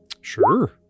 Sure